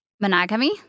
monogamy